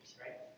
right